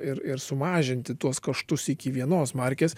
ir ir sumažinti tuos kaštus iki vienos markės